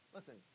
Listen